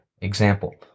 Example